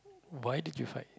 why did you fight